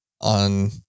on